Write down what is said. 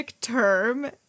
term